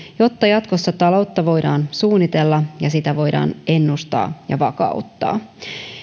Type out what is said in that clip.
jotta jatkossa taloutta voidaan suunnitella ja sitä voidaan ennustaa ja vakauttaa